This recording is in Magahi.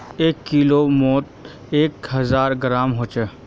एक किलोग्रमोत एक हजार ग्राम होचे